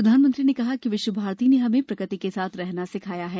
प्रधानमंत्री ने कहा कि विश्वभारती ने हमें प्रकृति के साथ रहना सिखाया है